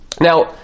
Now